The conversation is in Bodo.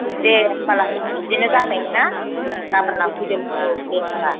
दे होमबालाय बिदिनो जाथोंसै ना ओ गाबोन लांफैदो औ दे होनबा